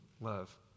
love